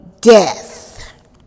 death